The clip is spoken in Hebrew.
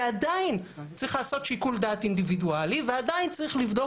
ועדיין צריך לעשות שיקול דעת אינדיבידואלי ועדיין צריך לבדוק